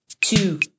two